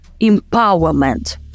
empowerment